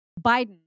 Biden